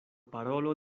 parolo